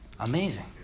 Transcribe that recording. Amazing